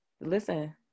Listen